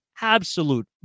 absolute